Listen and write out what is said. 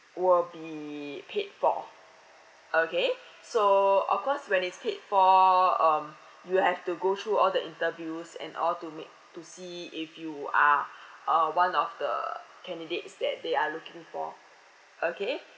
will be paid for okay so of course when it's paid for um you'll have to go through all the interviews and all to make to see if you are uh one of the candidates that they are looking for okay